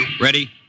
Ready